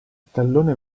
tallone